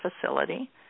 facility